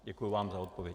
Děkuji vám za odpověď.